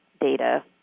data